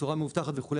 בצורה מאובטחת וכו',